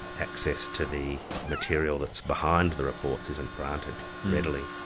access to the material that's behind the reports isn't granted readily.